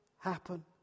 happen